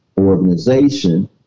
organization